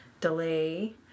delay